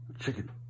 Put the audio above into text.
Chicken